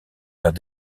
vers